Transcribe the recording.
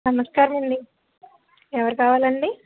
నమస్కారమండి ఎవరు కావాలండి